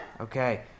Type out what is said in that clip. Okay